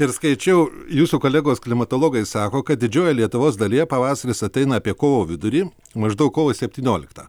ir skaičiau jūsų kolegos klimatologai sako kad didžiojoj lietuvos dalyje pavasaris ateina apie kovo vidurį maždaug kovo septynioliktą